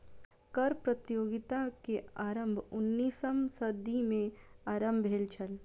कर प्रतियोगिता के आरम्भ उन्नैसम सदी में आरम्भ भेल छल